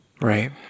right